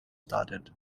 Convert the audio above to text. started